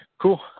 Cool